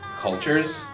cultures